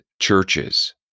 churches